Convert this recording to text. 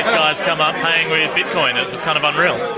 guys come up paying with bitcoin, it was kind of unreal.